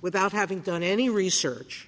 without having done any research